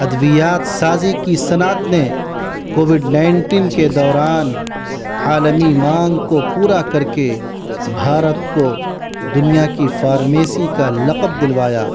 ادویات سازی کی صنعت نے کووڈ نائنٹین کے دوران عالمی مانگ کو پورا کر کے بھارت کو دنیا کی فارمیسی کا لقب دلوایا